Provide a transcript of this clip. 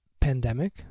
pandemic